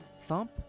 Thump